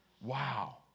Wow